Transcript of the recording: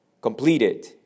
completed